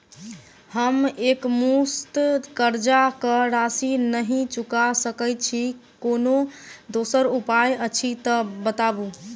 हम एकमुस्त कर्जा कऽ राशि नहि चुका सकय छी, कोनो दोसर उपाय अछि तऽ बताबु?